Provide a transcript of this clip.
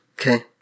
Okay